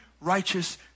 righteous